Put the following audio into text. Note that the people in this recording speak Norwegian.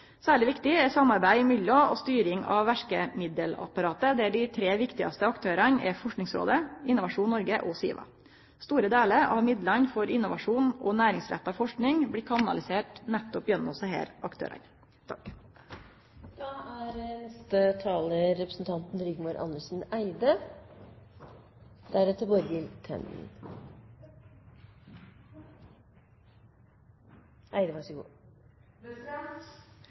Særleg viktig er samarbeid mellom og styring av verkemiddelapparatet, der de tre viktigaste aktørane er Forskningsrådet, Innovasjon Norge og SIVA. Store delar av midlane til innovasjon og næringsretta forsking blir kanaliserte nettopp gjennom desse aktørane. Sentrumspartiet Kristelig Folkeparti mener at verdiskaping er